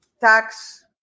tax